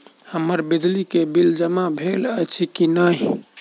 हम्मर बिजली कऽ बिल जमा भेल अछि की नहि?